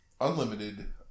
unlimited